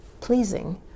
pleasing